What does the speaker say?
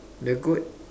the goat